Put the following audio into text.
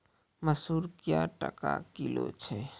मसूर क्या टका किलो छ?